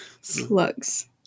slugs